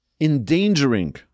endangering